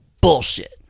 Bullshit